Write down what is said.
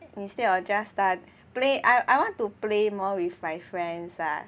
instead of just study play I I want to play more with my friends lah